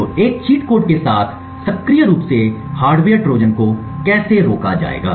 तो एक cheat code के साथ सक्रिय रूप से हार्डवेयर ट्रोजन को कैसे रोका जाएगा